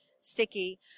sticky